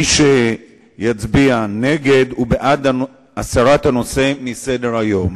מי שיצביע נגד, הוא בעד הסרת הנושא מסדר-היום.